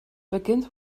begins